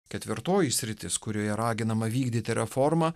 ketvirtoji sritis kurioje raginama vykdyti reformą